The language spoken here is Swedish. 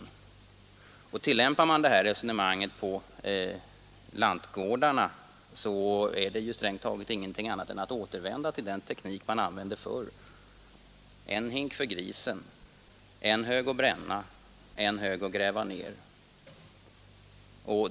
Tillämpar man det här resonemanget på lantgårdarna är det ju strängt taget ingenting annat än att återvända till den teknik som användes förr: en hink för grisen, en hög att bränna, en hög att gräva ner.